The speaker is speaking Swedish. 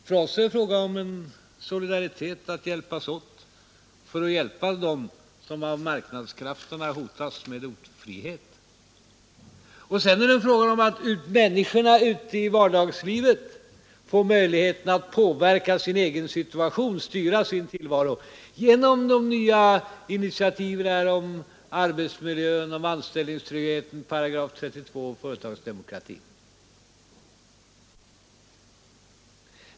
För oss är det fråga om en solidaritet — att gemensamt hjälpa dem som av marknadskrafterna hotas av ofrihet. Sedan är det en fråga om att människorna ute i vardagslivet skall få möjligheter att påverka sin egen situation, styra sin tillvaro med hjälp av de initiativ vi har tagit när det gäller arbetsmiljö, anställningstrygghet, paragraf 32 och företagsdemokrati.